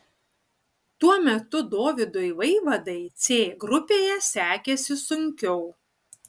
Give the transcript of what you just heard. tuo metu dovydui vaivadai c grupėje sekėsi sunkiau